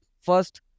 first